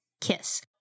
kiss